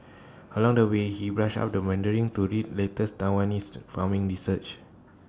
along the way he brushed up the Mandarin to read latest Taiwanese farming research